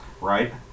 Right